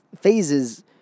phases